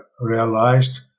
realized